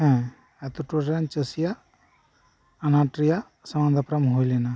ᱦᱮᱸ ᱟᱛᱳ ᱴᱚᱞᱟ ᱨᱮᱱᱟᱜ ᱪᱟᱹᱥᱤᱭᱟᱜ ᱟᱱᱟᱴ ᱨᱮᱭᱟᱜ ᱥᱟᱢᱟᱝ ᱫᱟᱯᱨᱟᱢ ᱦᱩᱭ ᱞᱮᱱᱟ